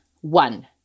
One